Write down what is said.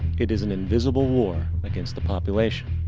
it is an invisible war against the population.